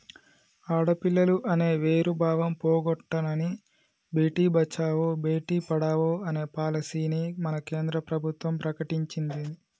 ఆడపిల్లలు అనే వేరు భావం పోగొట్టనని భేటీ బచావో బేటి పడావో అనే పాలసీని మన కేంద్ర ప్రభుత్వం ప్రకటించింది